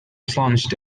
plunged